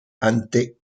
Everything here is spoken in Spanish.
ante